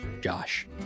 Josh